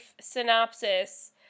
synopsis